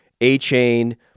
A-Chain